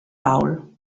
paul